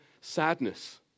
sadness